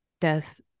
death